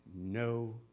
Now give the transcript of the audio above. No